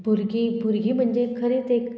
भुरगीं भुरगीं म्हणजे खरेंच एक